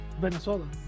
venezuela